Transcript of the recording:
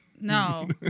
No